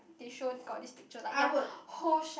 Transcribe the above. they show got this picture like ya whole shelf